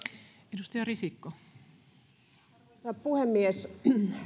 arvoisa puhemies